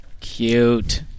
Cute